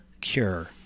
cure